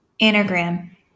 Anagram